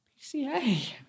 PCA